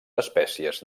espècies